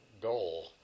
goal